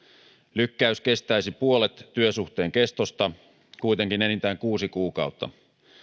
lykkäys kestäisi puolet työsuhteen kestosta kuitenkin enintään kuusi kuukautta